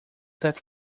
that